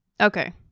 Okay